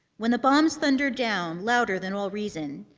when the bombs thundered down louder than all reason,